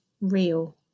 real